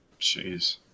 Jeez